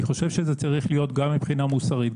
אני חושב שזה צריך להיות גם מבחינה מוסרית,